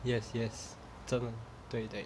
yes yes 真的对对